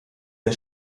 der